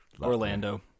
Orlando